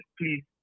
please